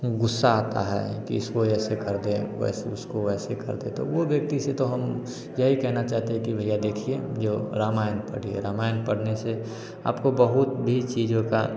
गुस्सा आता है की इसको ऐसे कर दें वैसे उसको वैसे कर दें तो वो व्यक्ति से तो हम यही कहना चाहते हैं कि भईया देखिए जो रामायण पढ़िए रामायण पढ़ने से आपको बहुत भी चीजों का